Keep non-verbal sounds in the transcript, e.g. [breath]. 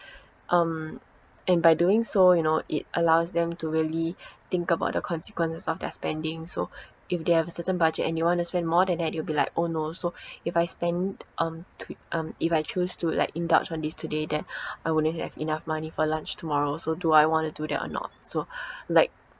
um and by doing so you know it allows them to really [breath] think about the consequence of their spending so [breath] if they have a certain budget and they want to spend more than that they'll be like oh no so [breath] if I spend um twi~ um if I choose to like indulge on this today then [breath] I wouldn't have enough money for lunch tomorrow so do I want to do that or not so [breath] like